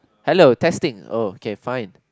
hello testing oh K fine